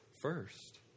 first